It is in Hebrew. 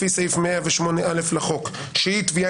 לפי סעיף 108א לחוק שהיא תביעה